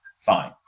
Fine